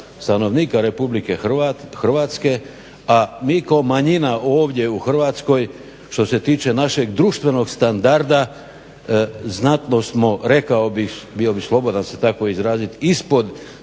stanovnika RH, a mi kao manjina ovdje u Hrvatskoj što se tiče našeg društvenog standarda znatno smo rekao bih, bio bih slobodan se tako izraziti, ispod standarda